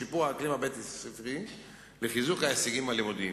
לשיפור האקלים הבית-ספרי ולחיזוק ההישגים הלימודיים.